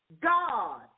God